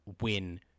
win